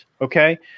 okay